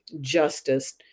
justice